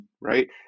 right